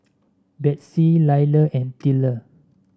Betsey Leila and Tilla